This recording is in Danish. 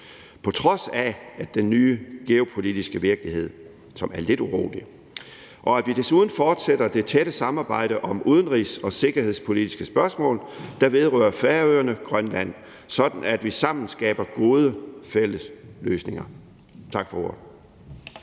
på trods af den nye geopolitiske virkelighed, som er lidt urolig, og at vi desuden fortsætter det tætte samarbejde om udenrigs- og sikkerhedspolitiske spørgsmål, der vedrører Færøerne og Grønland, sådan at vi sammen skaber gode fælles løsninger. Tak for ordet.